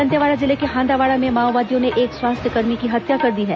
दंतेवाड़ा जिले के हांदावाड़ा में माओवादियों ने एक स्वास्थ्यकर्मी की हत्या कर दी है